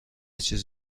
چیز